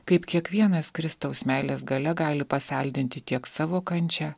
kaip kiekvienas kristaus meilės galia gali pasaldinti tiek savo kančią